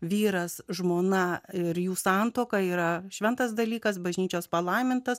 vyras žmona ir jų santuoka yra šventas dalykas bažnyčios palaimintas